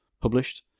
published